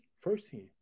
firsthand